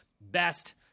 best